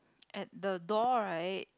at the door right